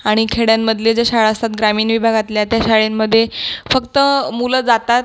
आणि खेड्यांमधल्या ज्या शाळा असतात ग्रामीण विभागातल्या त्या शाळांमध्ये फक्त मुलं जातात